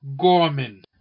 Gorman